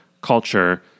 culture